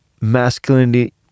masculinity